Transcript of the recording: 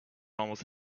almost